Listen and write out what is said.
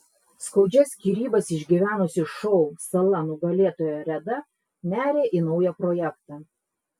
skaudžias skyrybas išgyvenusi šou sala nugalėtoja reda neria į naują projektą